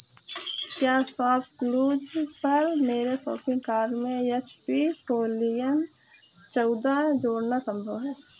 क्या शॉपक्लूज़ पर मेरे शॉपिंग कार्ट में एच पी पवेलियन चौदह जोड़ना संभव है